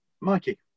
Mikey